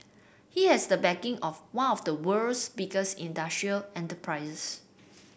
he has the backing of one of the world's biggest industrial enterprises